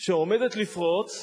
שעומדת לפרוץ,